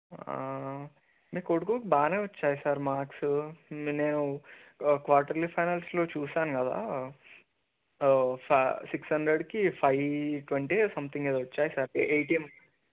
మీ కొడుకుకి బాగానే వచ్చాయి సార్ మార్క్సు నేను క్వార్టర్లీ ఫైనల్స్లో చూసాను కదా ఫైవ్ సిక్స్ హండ్రెడ్కి ఫైవ్ ట్వంటీయో సంథింగ్ ఏదో వచ్చాయి సార్ ఏ ఎయిటీన్